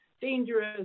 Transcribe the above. dangerous